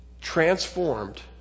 transformed